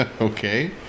Okay